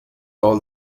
all